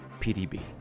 PDB